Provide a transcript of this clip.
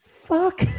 fuck